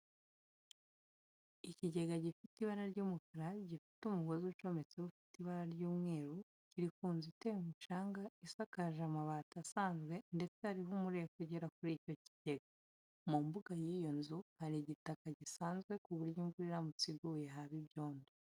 Ikigega gifite ibara ry'umukara gifite umugozi ucometseho ufite ibara ry'umweru, kiri ku nzu iteye umucanga, isakaje amabati asanzwe ndetse hariho umureko ugera kuri icyo kigega. Mu mbuga y'iyo nzu hari igitaka gisanzwe ku buryo imvura iramutse iguye haba ibyondo.